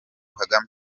kagame